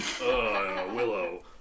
Willow